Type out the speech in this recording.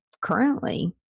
currently